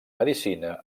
medicina